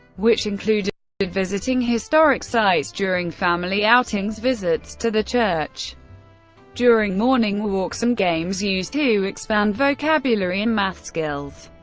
which included but visiting historic sites during family outings, visits to the church during morning walks, and games used to expand vocabulary and math skills.